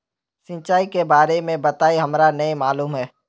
सिंचाई के बारे में बताई हमरा नय मालूम है?